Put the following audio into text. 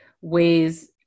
ways